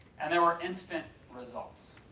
and there were instant results.